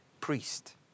priest